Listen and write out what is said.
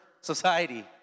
society